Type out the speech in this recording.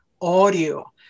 audio